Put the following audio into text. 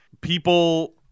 people